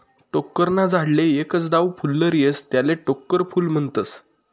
टोक्कर ना झाडले एकच दाव फुल्लर येस त्याले टोक्कर फूल म्हनतस